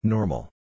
Normal